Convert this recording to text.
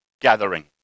gathering